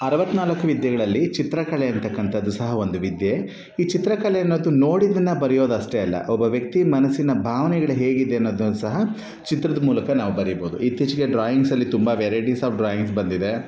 ಅರವತ್ನಾಲಕ್ಕು ವಿದ್ಯೆಗಳಲ್ಲಿ ಚಿತ್ರಕಲೆ ಅಂತಕಂಥದ್ದು ಸಹ ಒಂದು ವಿದ್ಯೆ ಈ ಚಿತ್ರಕಲೆ ಅನ್ನೋದು ನೋಡಿದ್ದನ್ನ ಬರಿಯೋದಷ್ಟೇ ಅಲ್ಲ ಒಬ್ಬ ವ್ಯಕ್ತಿ ಮನಸ್ಸಿನ ಭಾವನೆಗಳ್ ಹೇಗಿದೆ ಅನ್ನೋದನ್ನು ಸಹ ಚಿತ್ರದ ಮೂಲಕ ನಾವು ಬರಿಬೋದು ಇತ್ತೀಚಿಗೆ ಡ್ರಾಯಿಂಗ್ಸಲ್ಲಿ ತುಂಬ ವೆರೈಟಿಸ್ ಆಫ್ ಡ್ರಾಯಿಂಗ್ಸ್ ಬಂದಿದೆ